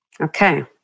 Okay